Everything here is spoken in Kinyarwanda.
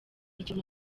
ikintu